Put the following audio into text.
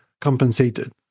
compensated